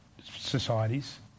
societies